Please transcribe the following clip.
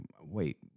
wait